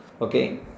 okay